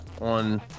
on